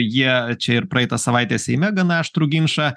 jie čia ir praeitą savaitę seime gana aštrų ginčą